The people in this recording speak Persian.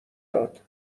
داد